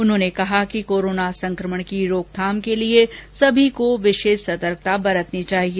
उन्होंने कहा कि कोरोना संक्रमण की रोकथाम के लिए सभी को विशेष सतर्कता बरतनी चाहिए